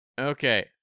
Okay